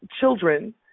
children